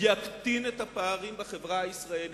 יקטין את הפערים בחברה הישראלית,